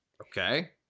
Okay